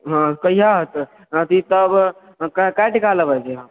हँ कहिया हेतै अथि तऽ कए टका लेबै अहाँ